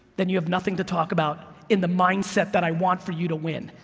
then you have nothing to talk about in the mindset that i want for you to win.